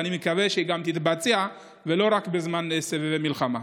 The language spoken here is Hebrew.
ואני מקווה שהיא גם תתבצע ולא רק בזמן סבבי מלחמה.